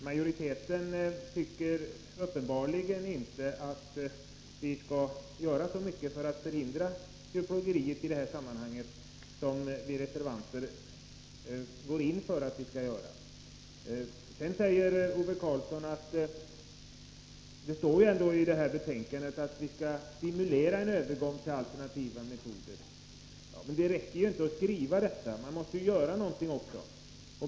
Majoriteten tycker uppenbarligen inte att vi skall göra så mycket för att förhindra djurplågeriet i detta sammanhang som vi reservanter går in för att man skall göra. Ove Karlsson påpekar vidare att det ändå står i detta betänkande att man skall stimulera en övergång till alternativa metoder. Men det räcker inte att skriva detta. Man måste göra något också.